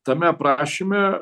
tame aprašyme